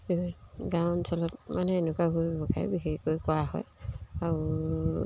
গাঁও অঞ্চলত মানে এনেকুৱা সু ব্যৱসায় বিশেষকৈ কৰা হয় আৰু